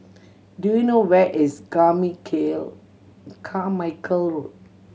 do you know where is Carmichael Road